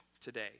today